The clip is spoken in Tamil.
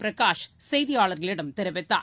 பிரகாஷ் செய்தியாளர்களிடம் தெரிவித்தார்